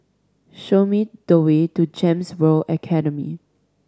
show me the way to GEMS World Academy